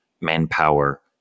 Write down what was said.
manpower